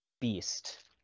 beast